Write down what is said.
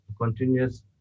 continuous